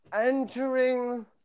entering